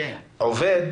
עובד